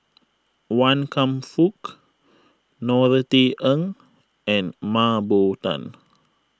Wan Kam Fook Norothy Ng and Mah Bow Tan